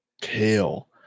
Kale